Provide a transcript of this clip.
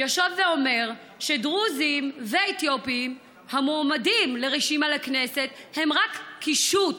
יושב ואומר שדרוזים ואתיופים המועמדים לרשימה לכנסת הם רק קישוט,